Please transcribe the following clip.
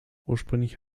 ursprünglich